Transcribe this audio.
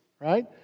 right